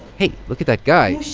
hey, look at that guy.